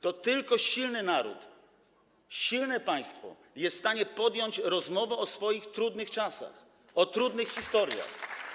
Tylko silny naród, silne państwo jest w stanie podjąć rozmowę o swoich trudnych czasach, o trudnych historiach.